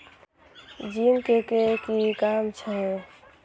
Zinc के कि काम छै?